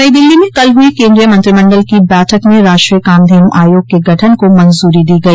नई दिल्ली में कल हुई केन्द्रीय मंत्रिमंडल की बैठक में राष्ट्रीय कामधेनु आयोग के गठन को मंजरी दी गई